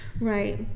Right